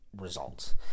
results